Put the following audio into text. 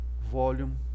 volume